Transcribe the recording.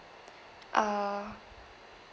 uh